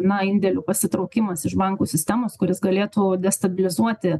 na indėlių pasitraukimas iš bankų sistemos kuris galėtų destabilizuoti